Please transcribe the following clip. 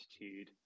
attitude